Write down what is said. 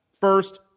First